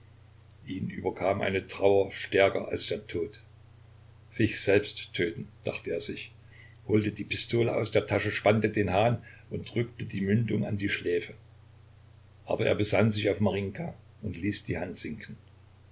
ihn überkam eine trauer stärker als der tod sich selbst töten dachte er sich holte die pistole aus der tasche spannte den hahn und drückte die mündung an die schläfe aber er besann sich auf marinjka und ließ die hand sinken